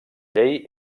llei